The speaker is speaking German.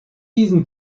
diesen